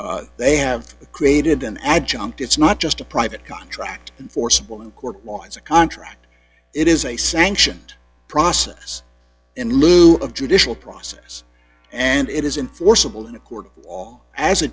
they have created an adjunct it's not just a private contract and forcible in court law it's a contract it is a sanctioned process in lieu of judicial process and it isn't forcible